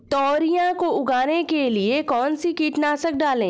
तोरियां को उगाने के लिये कौन सी कीटनाशक डालें?